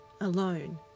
alone